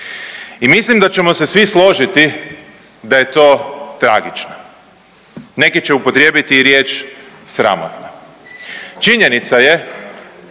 i mislim da ćemo se svi složiti da je to tragično, neki će upotrijebiti i riječ „sramotno“. Činjenica je,